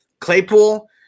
Claypool